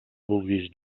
vulguis